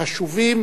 חשובים